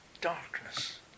darkness